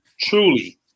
truly